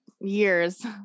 years